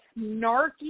snarky